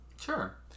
Sure